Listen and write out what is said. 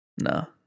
No